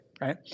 right